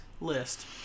list